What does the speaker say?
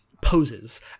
poses